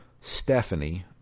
Stephanie